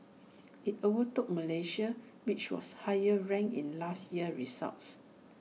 IT overtook Malaysia which was higher ranked in last year's results